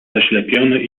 zaślepiony